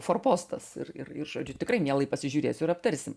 forpostas ir ir žodžiu tikrai mielai pasižiūrėsiu ir aptarsim